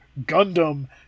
Gundam